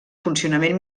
funcionament